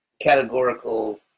Categorical